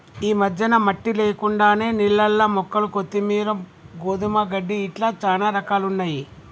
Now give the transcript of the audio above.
ఈ మధ్యన మట్టి లేకుండానే నీళ్లల్ల మొక్కలు కొత్తిమీరు, గోధుమ గడ్డి ఇట్లా చానా రకాలున్నయ్యి